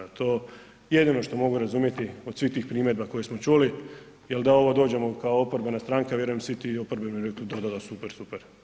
To jedino što mogu razumjeti od svih tih primjedbi koje smo čuli, jel da ovo dođemo kao oporbena stranka vjerujem svi ti oporbeni bi rekli da, da, super, super.